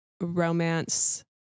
romance